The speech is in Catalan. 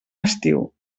estiu